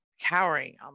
cowering